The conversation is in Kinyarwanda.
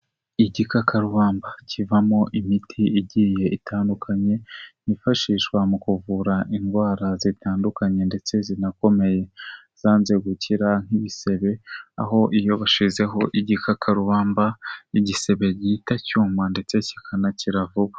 Igikakarubamba kivamo imiti igiye itandukanye, yifashishwa mu kuvura indwara zitandukanye ndetse zinakomeye. Zanze gukira nk'ibisebe, aho iyo bashyizeho igikakarubamba, igisebe gihita cyuma ndetse kikanakira vuba.